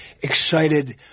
excited